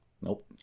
Nope